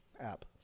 app